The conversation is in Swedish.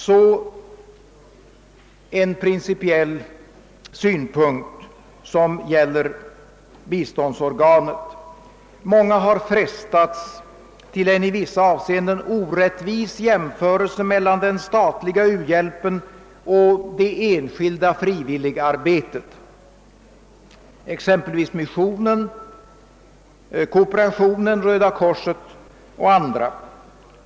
Så en principiell synpunkt som gäller biståndsorganet. Många har frestats till en i vissa avseenden orättvis jämförelse mellan den statliga u-hjälpen och det enskilda frivilligarbetet inom exempelvis missionen, kooperationen och Röda korset.